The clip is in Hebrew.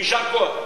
ויישר כוח.